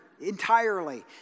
entirely